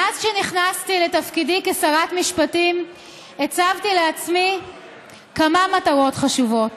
מאז שנכנסתי לתפקידי כשרת משפטים הצבתי לעצמי כמה מטרות חשובות.